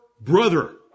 brother